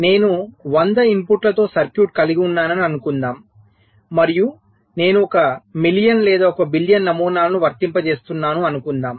నేను 100 ఇన్పుట్లతో సర్క్యూట్ కలిగి ఉన్నానని అనుకుందాం మరియు నేను 1 మిలియన్ లేదా 1 బిలియన్ నమూనాలను వర్తింపజేస్తున్నాను అనుకుందాం